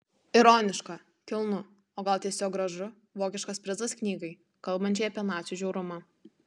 ironiška kilnu o gal tiesiog gražu vokiškas prizas knygai kalbančiai apie nacių žiaurumą